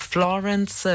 Florence